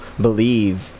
believe